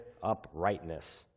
uprightness